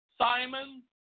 Simon